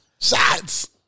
Shots